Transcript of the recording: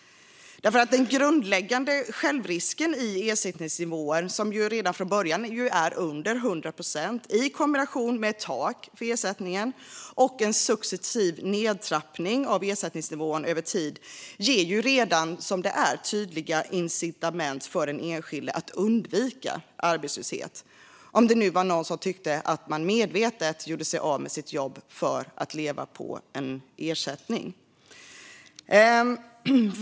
Den grundläggande självrisken i en ersättningsnivå som redan från början är under 100 procent, i kombination med ett tak för ersättningen och en successiv nedtrappning av ersättningsnivån över tid, ger redan som det är tydliga incitament för den enskilde att undvika arbetslöshet, om det nu var någon som trodde att man medvetet gjorde sig av med sitt jobb för att leva på en ersättning.